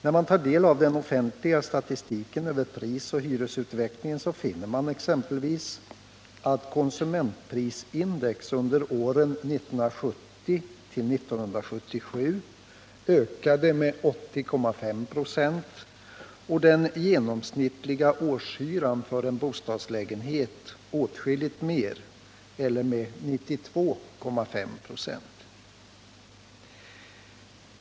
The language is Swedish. När man tar del av den offentliga statistiken över prisoch hyresutvecklingen finner man exempelvis att konsumentprisindex under åren 1970-1977 ökade med 80,5 26 och den genomsnittliga årshyran för en bostadslägenhet åtskilligt mer, eller med 92,5 K.